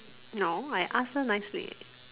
no I ask her nicely